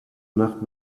nacht